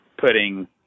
putting